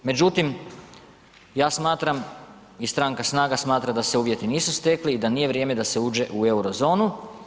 Međutim, ja smatram i Stranka SNAGA smatra da se uvjeti nisu stekli i da nije vrijeme da se uđe u euro zonu.